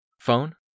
Phone